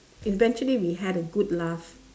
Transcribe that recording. eventually we had a good laugh